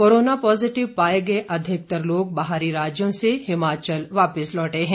corona positive पाए गए अधिकतर लोग बाहरी राज्यों से हिमाचल वापस लौटे हैं